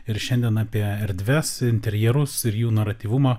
ir šiandien apie erdves interjerus ir jų naratyvumą